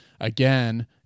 again